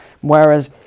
Whereas